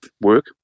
work